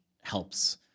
helps